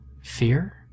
Fear